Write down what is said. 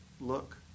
look